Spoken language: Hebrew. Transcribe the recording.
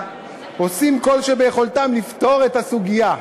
והקואליציה עושים כל שביכולתם לפתור את הסוגיה.